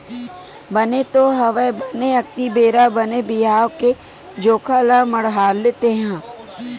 बने तो हवय बने अक्ती बेरा बने बिहाव के जोखा ल मड़हाले तेंहा